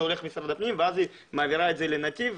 זה הולך למשרד הפנים ואז היא מעבירה את זה לנתיב,